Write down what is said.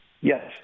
Yes